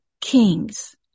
kings